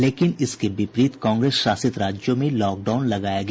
लेकिन इसके विपरीत कांग्रेस शासित राज्यों में लॉकडाउन लगाया गया